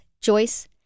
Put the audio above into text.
Joyce